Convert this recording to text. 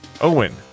owen